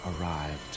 arrived